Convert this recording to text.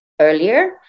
earlier